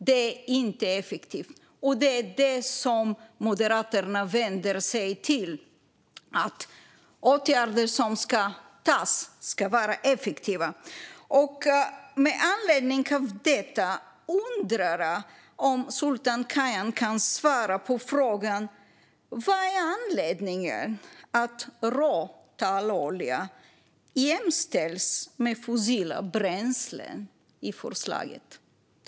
Det är inte effektivt, och det är det Moderaterna vänder sig mot. Åtgärder som vidtas ska vara effektiva. Med anledning av detta undrar jag om Sultan Kayhan kan svara på frågan vad anledningen är till att råtallolja jämställs med fossila bränslen i förslaget.